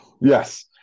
Yes